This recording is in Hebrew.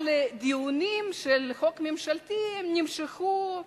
אבל הדיונים של החוק הממשלתי נמשכו,